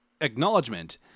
acknowledgement